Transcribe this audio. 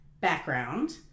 background